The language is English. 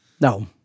No